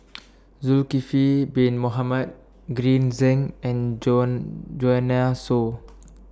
Zulkifli Bin Mohamed Green Zeng and Joanne Soo